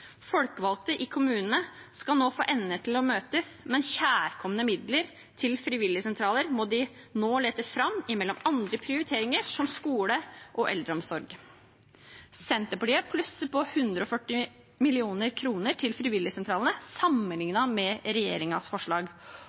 Folkevalgte i kommunene skal få endene til å møtes, men kjærkomne midler til frivilligsentraler må de nå lete fram mellom andre prioriteringer, som skole og eldreomsorg. Senterpartiet plusser på 140 mill. kr til frivilligsentralene sammenlignet med regjeringens forslag